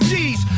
G's